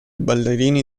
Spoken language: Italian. ballerini